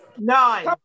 Nine